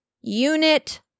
unit